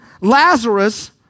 Lazarus